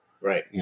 Right